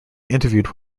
interviewed